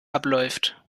abläuft